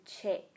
check